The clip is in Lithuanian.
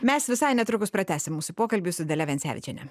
mes visai netrukus pratęsim mūsų pokalbį su dalia vencevičiene